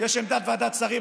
יש עמדת ועדת שרים.